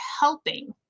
helping